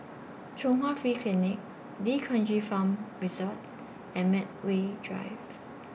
Chung Hwa Free Clinic D'Kranji Farm Resort and Medway Drive